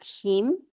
team